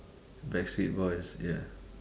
backstreet boys ya